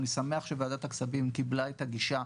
אני שמח שוועדת הכספים קיבלה את הגישה.